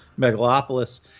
megalopolis